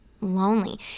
lonely